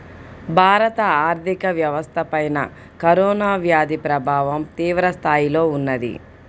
భారత ఆర్థిక వ్యవస్థపైన కరోనా వ్యాధి ప్రభావం తీవ్రస్థాయిలో ఉన్నది